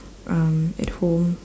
um at home